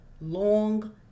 long